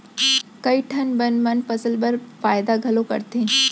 कई ठन बन मन फसल बर फायदा घलौ करथे